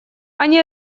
они